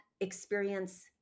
experience